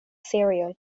cereal